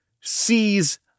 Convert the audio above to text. sees